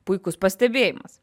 puikus pastebėjimas